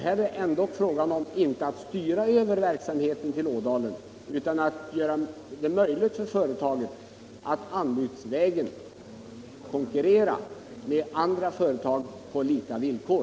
Här är det inte fråga om att styra över verksamheten till Ådalen utan att göra det möjligt för företaget att anbudsvägen konkurrera med andra företag på lika villkor.